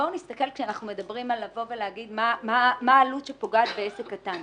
בואו נסתכל כאשר אנחנו מדברים על העלות שפוגעת בעסק קטן.